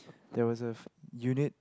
that was a unit